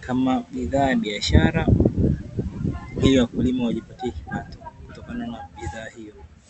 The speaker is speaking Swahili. kama bidhaa ya biashara, ili wakulima wajipatie kipato kutokana na bidhaa hiyo.